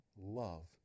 Love